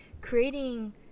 creating